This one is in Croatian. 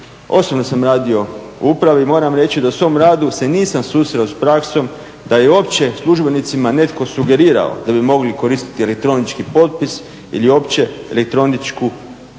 Osobno sam radio u upravi. Moram reći da u svom radu se nisam susreo sa praksom da je uopće službenicima netko sugerirao da bi mogli koristiti elektronički potpis ili uopće elektroničku